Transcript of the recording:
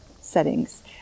settings